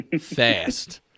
fast